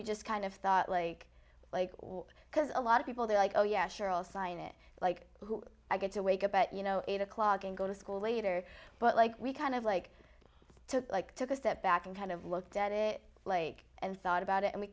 we just kind of thought like like because a lot of people they're like oh yeah sure i'll sign it like who i get to wake up at you know eight o'clock and go to school later but like we kind of like took like took a step back and kind of looked at it like and thought about it and we